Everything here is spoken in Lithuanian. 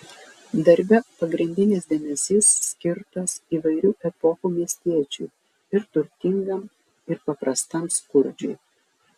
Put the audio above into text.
darbe pagrindinis dėmesys skirtas įvairių epochų miestiečiui ir turtingam ir paprastam skurdžiui